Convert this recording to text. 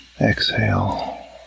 exhale